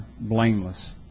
blameless